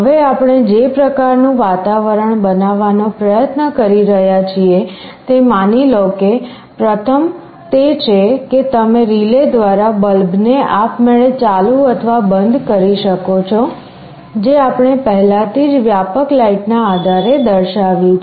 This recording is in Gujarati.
હવે આપણે જે પ્રકારનું વાતાવરણ બતાવવાનો પ્રયત્ન કરી રહ્યા છીએ તે માની લો કે પ્રથમ તે છે કે તમે રિલે દ્વારા બલ્બને આપમેળે ચાલુ અથવા બંધ કરી શકો છો જે આપણે પહેલાથી જ વ્યાપક લાઇટના આધારે દર્શાવ્યું છે